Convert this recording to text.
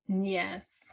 Yes